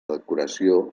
decoració